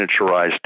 miniaturized